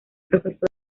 profesora